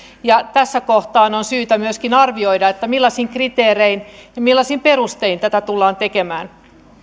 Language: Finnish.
ja tässä kohtaa on syytä myöskin arvioida millaisin kriteerein ja millaisin perustein tätä tullaan tekemään